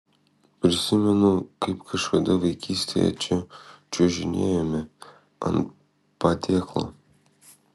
prisimenu kaip kažkada vaikystėje čia čiuožinėjome ant padėklo